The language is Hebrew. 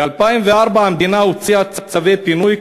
ב-2004 המדינה הוציאה צווי פינוי,